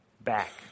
back